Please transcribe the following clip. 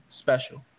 special